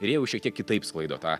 ir jie jau šiek tiek kitaip sklaido tą